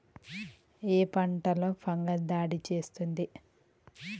ఏ పంటలో ఫంగస్ దాడి చేస్తుంది?